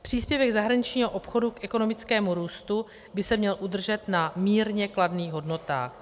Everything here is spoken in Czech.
Příspěvek zahraničního obchodu k ekonomickému růstu by se měl udržet na mírně kladných hodnotách.